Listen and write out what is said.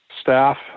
staff